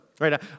Right